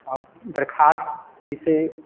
अब दरख़्वास्त इसे